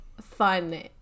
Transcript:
Fun